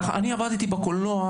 כך עבדתי בקולנוע,